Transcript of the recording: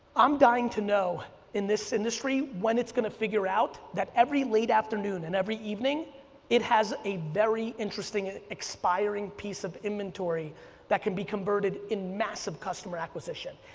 i'm dying to know in this industry, when it's going to figure out that every late afternoon and every evening it has a very interesting expiring piece of inventory that can be converted in massive customer acquisition.